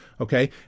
Okay